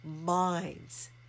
minds